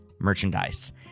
merchandise